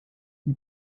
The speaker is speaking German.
die